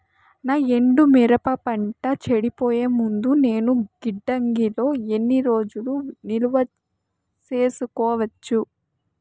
నా ఎండు మిరప పంట చెడిపోయే ముందు నేను గిడ్డంగి లో ఎన్ని రోజులు నిలువ సేసుకోవచ్చు?